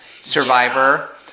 Survivor